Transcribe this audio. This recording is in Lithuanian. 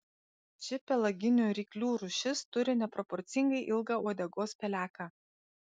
ši pelaginių ryklių rūšis turi neproporcingai ilgą uodegos peleką